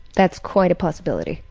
that's quite a possibility.